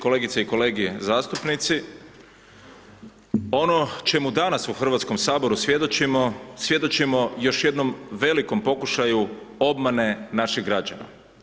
Kolegice i kolege zastupnici, ono čemu danas u Hrvatskom saboru svjedočimo, svjedočimo još jednom velikom pokušaju obmane naših građana.